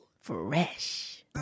Fresh